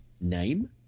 name